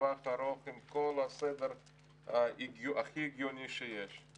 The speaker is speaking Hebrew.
לטווח ארוך עם כל הסדר הכי הגיוני שיש.